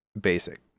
basic